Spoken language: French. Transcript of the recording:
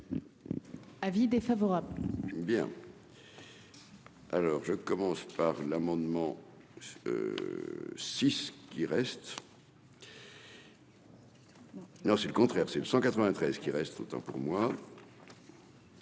Avis défavorable. Alors je commence par l'amendement six qui reste. Non, c'est le contraire : c'est le 193 qui reste autant pour moi.